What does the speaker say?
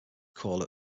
call